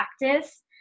practice